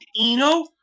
Eno